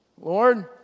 Lord